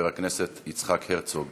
חבר הכנסת יצחק הרצוג,